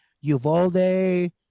Uvalde